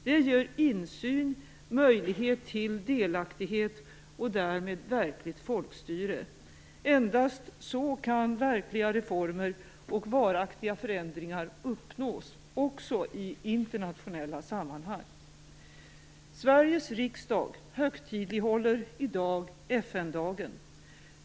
Det ger insyn, möjlighet till delaktighet och därmed verkligt folkstyre. Endast så kan verkliga reformer och varaktiga förändringar uppnås också i internationella sammanhang. Sveriges riksdag högtidlighåller i dag FN-dagen.